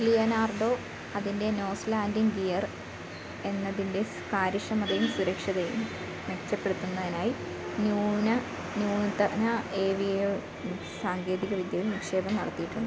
Leonardo അതിൻ്റെ nose landing gear എന്നതിൻ്റെ കാര്യക്ഷമതയും സുരക്ഷയും മെച്ചപ്പെടുത്തുന്നതിനായി ന്യുന ന്യുതന ഏവിയോണിക്സ് സാങ്കേതികവിദ്യയിൽ നിക്ഷേപം നടത്തിയിട്ടുണ്ട്